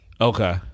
okay